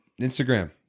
instagram